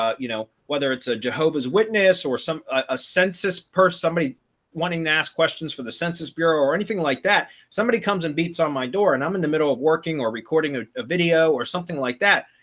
ah you know, whether it's a jehovah's witness or some a census purse, somebody wanting to ask questions for the census bureau or anything like that somebody comes in beats on my door, and i'm in the middle of working or recording ah a video or something like that.